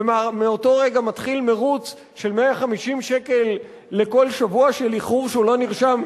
ומאותו רגע מתחיל מירוץ של 150 שקל לכל שבוע של איחור שהוא לא נרשם.